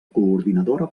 coordinadora